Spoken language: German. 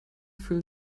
fühlen